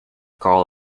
call